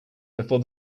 before